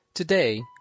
Today